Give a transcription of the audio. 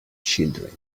children